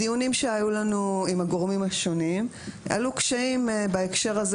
בדיונים שהיו לנו עם הגורמים השונים עלו קשיים בהקשר הזה